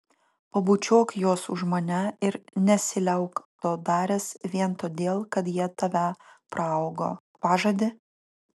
pabučiuok juos už mane ir nesiliauk to daręs vien todėl kad jie tave praaugo pažadi